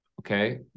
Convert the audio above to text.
okay